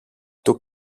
του